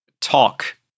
talk